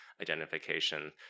identification